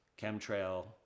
chemtrail